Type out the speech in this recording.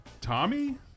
Tommy